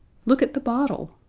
look at the bottle